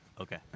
okay